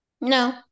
no